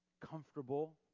comfortable